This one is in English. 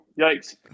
Yikes